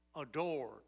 adored